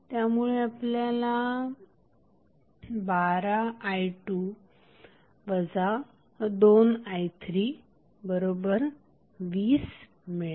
त्यामुळे आपल्याला 12i2 2i320 मिळेल